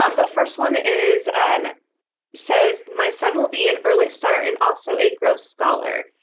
um the first one is and says my son will be in early start and also a gross scholar.